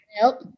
help